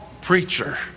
preacher